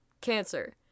Cancer